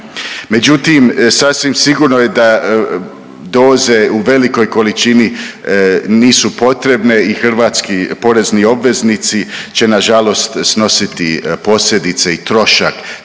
Međutim, sasvim sigurno je da doze u velikoj količini nisu potrebne i hrvatski porezni obveznici će na žalost snositi posljedice i trošak